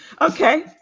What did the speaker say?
Okay